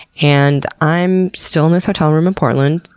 and i'm still in this hotel room in portland.